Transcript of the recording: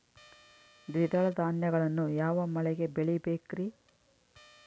ದ್ವಿದಳ ಧಾನ್ಯಗಳನ್ನು ಯಾವ ಮಳೆಗೆ ಬೆಳಿಬೇಕ್ರಿ?